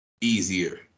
easier